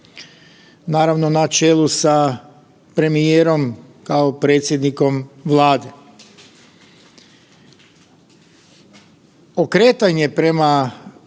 naravno na čelu sa premijerom kao predsjednikom Vlade. Okretanje prema